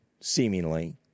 seemingly